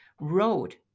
road